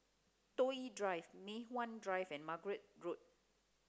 Toh Yi Drive Mei Hwan Drive and Margate Road